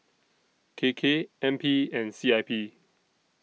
K K N P and C I P